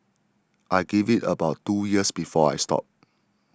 I give it about two years before I stop